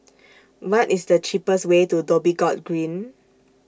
What IS The cheapest Way to Dhoby Ghaut Green